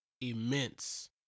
immense